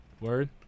Word